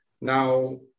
Now